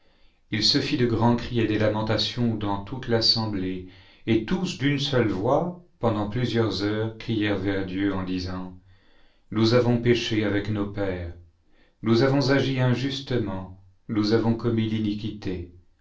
il se fit de grands cris et des lamentations dans toute l'assemblée et tous d'une seule voix pendant plusieurs heures crièrent vers dieu en disant nous avons péché avec nos pères nous avons agi injustement nous avons commis l'iniquité